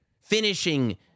finishing